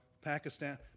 Pakistan